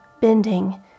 bending